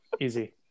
Easy